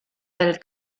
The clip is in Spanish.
del